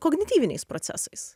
kognityviniais procesais